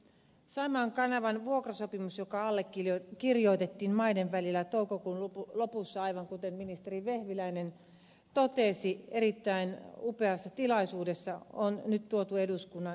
saimaan kanavan vuokrasopimus joka allekirjoitettiin maiden välillä toukokuun lopussa aivan kuten ministeri vehviläinen totesi erittäin upeassa tilaisuudessa on nyt tuotu eduskunnan hyväksyttäväksi